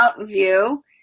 View